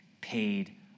paid